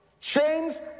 Chains